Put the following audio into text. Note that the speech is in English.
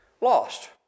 lost